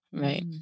Right